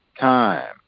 time